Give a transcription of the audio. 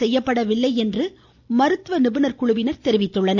செய்யப்படவில்லை என்று மருத்துவ நிபுணர் குழுவினர் தெரிவித்துள்ளனர்